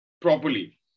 properly